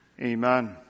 Amen